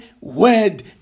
word